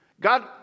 God